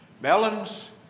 melons